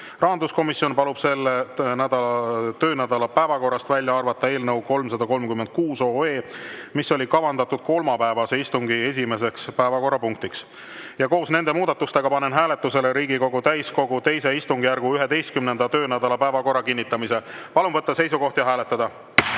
Rahanduskomisjon palub selle töönädala päevakorrast välja arvata eelnõu 336, mis oli kavandatud kolmapäevase istungi esimeseks päevakorrapunktiks. Koos nende muudatustega panen hääletusele Riigikogu täiskogu II istungjärgu 11. töönädala päevakorra kinnitamise. Palun võtta seisukoht ja hääletada!